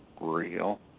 real